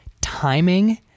timing